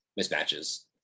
mismatches